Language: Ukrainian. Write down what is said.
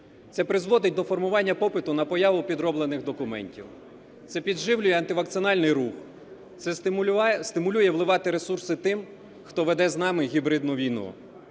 Це призводить до формування попиту на появу підроблених документів, це підживлює антивакцинальний рух, це стимулює вливати ресурси тим, хто веде з нами гібридну війну.